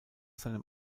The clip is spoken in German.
seinem